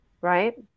right